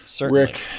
Rick